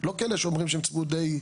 לא כאלה שאומרים שהם צמודי.